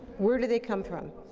where do they come from?